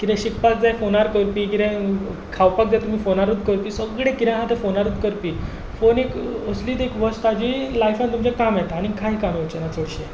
कितेंय शिकपाक जाय फोनार करपी कितेंय खावपाक जाय तुमी फोनारच करपी सगले कितें आतां फोनारूच करपी फोन एक असलीच एक वस्त आसा जी लायफान तुमच्या काम येता आनी कांय काम येवचें ना चडशें